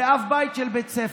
ואב בית של בית ספר.